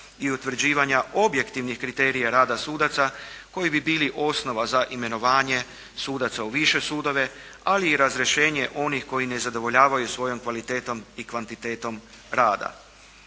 i utvrđivanja objektivnih kriterija rada sudaca koji bi bili osnova za imenovanje sudaca u više sudove, ali i razrješenje onih koji ne zadovoljavaju svojom kvalitetom i kvantitetom rada.